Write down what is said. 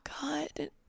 God